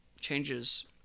changes